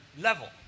level